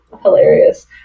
hilarious